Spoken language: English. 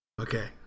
Okay